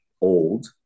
old